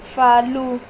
follow